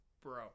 Bro